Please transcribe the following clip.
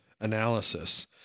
analysis